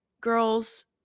girls